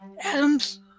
Adam's